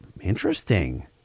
Interesting